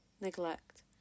neglect